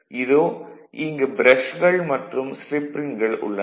இதோ இங்கு ப்ரஷ்கள் மற்றும் ஸ்லிப் ரிங்குகள் உள்ளன